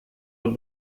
ihre